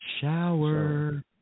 Shower